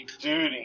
duty